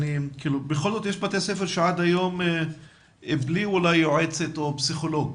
בכל זאת יש בתי ספר שעד היום הם בלי יועצת או פסיכולוג.